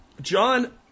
John